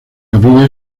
capilla